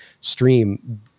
stream